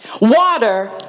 Water